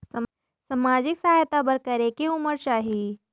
समाजिक सहायता बर करेके उमर चाही?